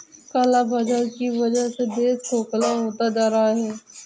काला बाजार की वजह से देश खोखला होता जा रहा है